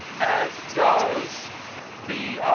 as does the